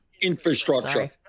infrastructure